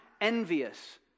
envious